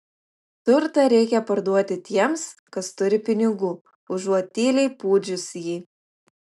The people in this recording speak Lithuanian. turtą reikia parduoti tiems kas turi pinigų užuot tyliai pūdžius jį